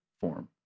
form